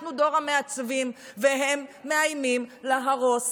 אנחנו דור המעצבים, והם מאיימים להרוס